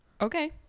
Okay